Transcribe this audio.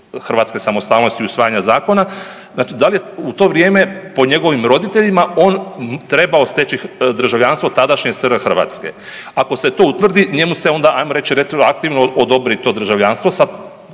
hrvatske samostalnosti i usvajanja zakona, znači da li je u to vrijeme po njegovim roditeljima on trebao steći državljanstvo tadašnje SR Hrvatske. Ako se to utvrdi njemu se onda ajmo reć retroaktivno odobri to državljanstvo sa